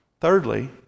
thirdly